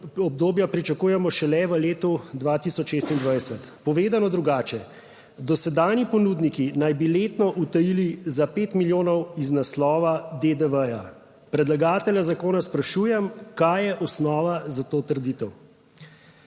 obdobja pričakujemo šele v letu 2026." Povedano drugače, dosedanji ponudniki naj bi letno utajili za pet milijonov iz naslova DDV. Predlagatelja zakona sprašujem, kaj je osnova za to trditev?